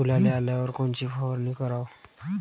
फुलाले आल्यावर कोनची फवारनी कराव?